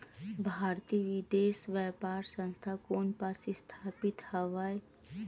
भारतीय विदेश व्यापार संस्था कोन पास स्थापित हवएं?